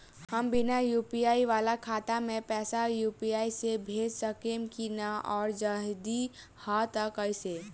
हम बिना यू.पी.आई वाला खाता मे पैसा यू.पी.आई से भेज सकेम की ना और जदि हाँ त कईसे?